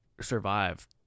survive